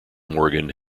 morgan